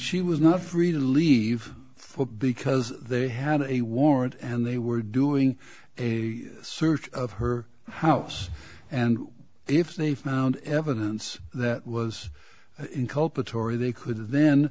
she was not free to leave for because they had a warrant and they were doing a search of her house and if they found evidence that was inculpatory they could then